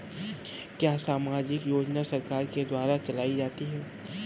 क्या सामाजिक योजना सरकार के द्वारा चलाई जाती है?